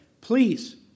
Please